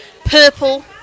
Purple